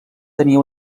tenia